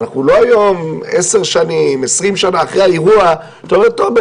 אנחנו לא היום 10 שנים או 20 שנים אחרי האירוע שאתה אומר 'טוב,